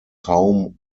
home